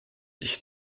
ich